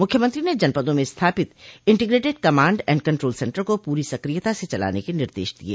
मुख्यमंत्री ने जनपदों में स्थापित integrated command and control centre को पूरी सक्रियता से चलाने के निर्देश दिये